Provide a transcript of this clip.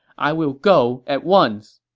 i will go at once.